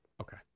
okay